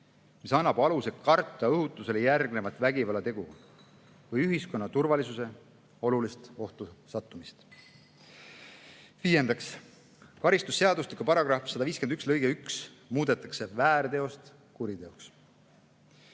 mis annab aluse karta õhutusele järgnevat vägivallategu või ühiskonna turvalisuse olulist ohtu sattumist. Viiendaks, karistusseadustiku § 151 lõikes 1 muudetakse väärtegu kuriteoks.